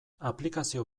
aplikazio